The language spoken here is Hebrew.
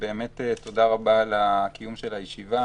תודה רבה על קיום הישיבה,